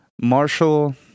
Marshall